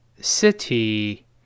city